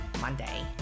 Monday